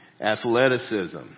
athleticism